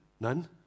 None